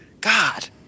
god